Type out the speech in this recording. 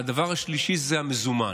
הדבר השלישי זה המזומן.